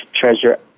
treasure